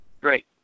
Great